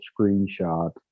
screenshot